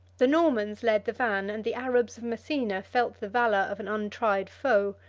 the normans led the van and the arabs of messina felt the valor of an untried foe.